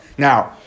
Now